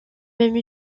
même